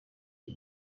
uyu